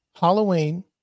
Halloween